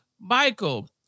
Michael